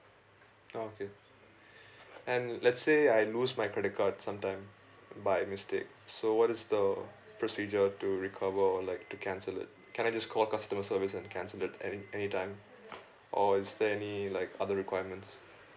okay and let's say I lose my credit card sometime by mistake so what is the procedure to recover or like to cancel it can I just call customer service and cancel it any any time or is there any like other requirements